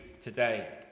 today